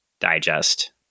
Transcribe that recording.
digest